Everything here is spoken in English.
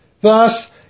Thus